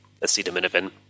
acetaminophen